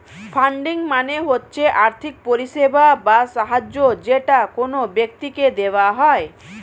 funding মানে হচ্ছে আর্থিক পরিষেবা বা সাহায্য যেটা কোন ব্যক্তিকে দেওয়া হয়